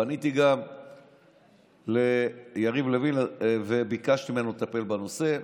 פניתי גם ליריב לוין וביקשתי ממנו לטפל בנושא.